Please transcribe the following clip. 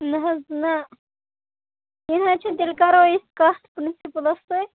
نہَ حظ نہَ کیٚنٛہہ نہَ حظ چھُنہٕ تیٚلہِ کَرو أسۍ کَتھ پِرٛنسِپُلَس سۭتۍ